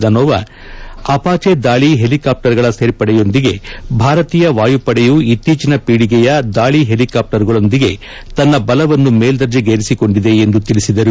Dhanoa Apache ದಾಳಿ helicopter ಗಳ ಸೇರ್ಪಡೆಯೊಂದಿಗೆ ಭಾರತೀಯ ವಾಯುಪಡೆಯು ಇತ್ತೀಚಿನ ಪೀಳಿಗೆಯ ದಾಳಿ ಹೆಲಿಕಾಪ್ಸರ್ ಗಳೊಂದಿಗೆ ತನ್ನ ಬಲವನ್ನು ಮೇಲ್ಲರ್ಜೆಗೇರಿಸಿಕೊಂಡಿದೆ ಎಂದು ತಿಳಿಸಿದರು